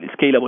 scalable